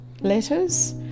letters